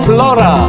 Flora